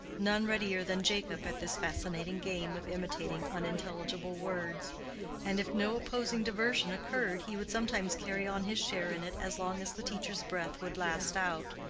none readier than jacob at this fascinating game of imitating unintelligible words and if no opposing diversion occurred he would sometimes carry on his share in it as long as the teacher's breath would last out.